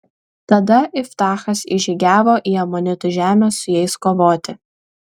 tada iftachas įžygiavo į amonitų žemę su jais kovoti